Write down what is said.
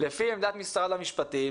לפי עמדת משרד המשפטים